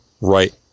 right